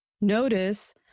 Notice